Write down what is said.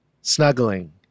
snuggling